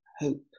hope